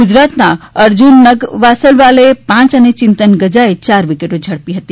ગુજરાતના અર્જુન નગવાસવાલાએ પાંચ અને ચિંતન ગજાએ યાર વિકેટો ઝડપી હતી